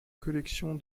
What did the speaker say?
collection